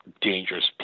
dangerous